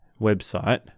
website